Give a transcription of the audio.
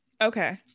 okay